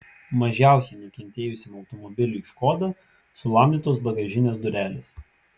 mažiausiai nukentėjusiam automobiliui škoda sulamdytos bagažinės durelės